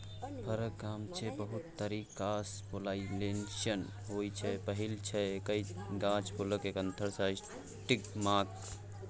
फरक गाछमे बहुत तरीकासँ पोलाइनेशन होइ छै पहिल छै एकहि गाछ फुलक एन्थर सँ स्टिगमाक